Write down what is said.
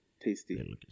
tasty